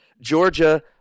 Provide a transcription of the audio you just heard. Georgia